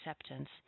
acceptance